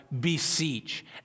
beseech